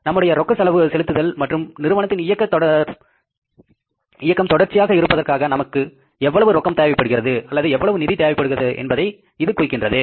நம்முடைய ரொக்க செலுத்துதல் மற்றும் நிறுவனத்தின் இயக்கம் தொடர்ச்சியாக இருப்பதற்காக நமக்கு எவ்வளவு ரொக்கம் தேவைப்படுகிறது அல்லது எவ்வளவு நிதி தேவைப்படுகிறது என்பதை இது குறிக்கின்றது